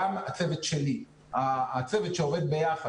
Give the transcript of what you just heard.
הצוות שעובד ביחד,